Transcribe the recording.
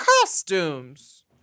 Costumes